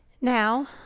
now